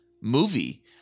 movie